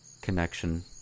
connection